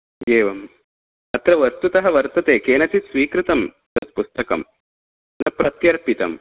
एवम् अत्र वस्तुतः वर्तते केनचित् स्वीकृतं तत् पुस्तकं न प्रत्यर्पितम्